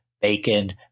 bacon